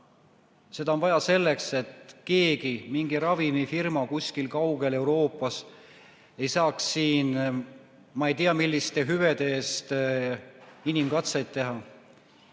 Seda on vaja selleks, et keegi, mingi ravimifirma kuskil kaugel Euroopas ei saaks siin, ma ei tea, milliste hüvede eest inimkatseid teha.